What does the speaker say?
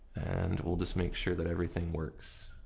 and we'll just make sure that everything works.